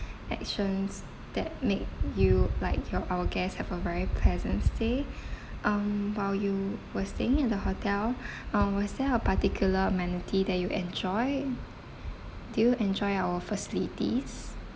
actions that make you like your our guest have a very pleasant stay um while you were staying in the hotel uh was there a particular amenity that you enjoy did enjoy our facilities